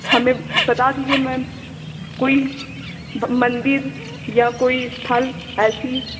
हमें बता दीजिए मैम कोई मंदिर कोई स्थल ऐसी